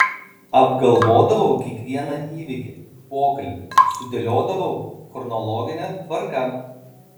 apgalvodavau kiekvieną įvykį pokalbį sudėliodavau chronologine tvarka